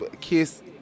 kiss